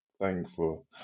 Thankful